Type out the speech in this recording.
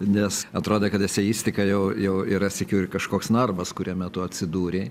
nes atrodė kad eseistika jau jau yra sykiu ir kažkoks narvas kuriame tu atsidūrei